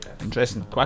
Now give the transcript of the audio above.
Interesting